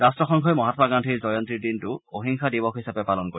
ৰাট্টসংঘই মহাম্মা গান্ধীৰ জয়ন্তীৰ দিনটো অহিংসা দিৱস হিচাপে পালন কৰিব